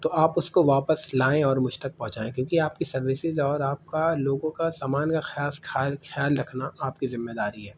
تو آپ اس کو واپس لائیں اور مجھ تک پہنچائیں کیونکہ آپ کی سروسز اور آپ کا لوگوں کا سامان کا خاص خیال رکھنا آپ کی ذمےداری ہے